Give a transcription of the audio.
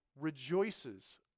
rejoices